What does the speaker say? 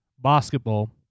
basketball